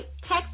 text